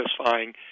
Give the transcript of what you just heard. satisfying